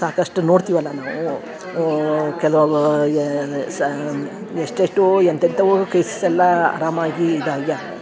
ಸಾಕಷ್ಟು ನೊಡ್ತಿವಲ್ಲಾ ನಾವು ಕೆಲವು ಏ ಸಾ ಎಷ್ಟೆಷ್ಟೋ ಎಂತೆಂಥವೋ ಕೆಸ್ಸೆಲ್ಲಾ ಆರಾಮಾಗಿ ಇದಾಗೆ ಆಗ್ತವೆ